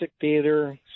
Theater